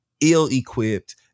ill-equipped